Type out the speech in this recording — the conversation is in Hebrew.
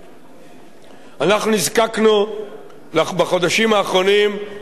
אנחנו נזקקנו בחודשים האחרונים להליך הקשבה,